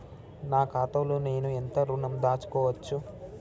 నా ఖాతాలో నేను ఎంత ఋణం దాచుకోవచ్చు?